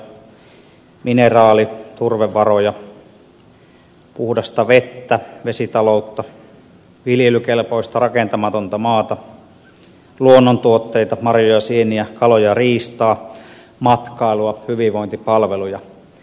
metsävaroja mineraali turvevaroja puhdasta vettä vesitaloutta viljelykelpoista ja rakentamatonta maata luonnontuotteita marjoja sieniä kaloja ja riistaa matkailua hyvinvointipalveluja